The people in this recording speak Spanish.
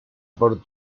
por